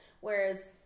Whereas